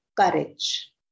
courage